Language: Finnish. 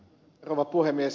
rouva puhemies